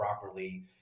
properly